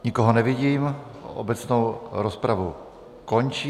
Nikoho nevidím, obecnou rozpravu končím.